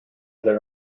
there